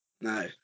No